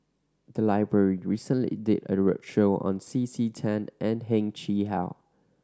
the library recently did a roadshow on C C Tan and Heng Chee How